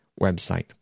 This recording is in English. website